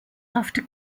after